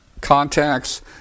contacts